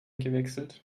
gewechselt